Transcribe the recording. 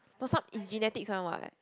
for some it's genetic one while like